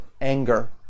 anger